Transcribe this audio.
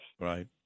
Right